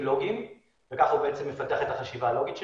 לוגיים וכך הוא מפתח את החשיבה הלוגית שלו.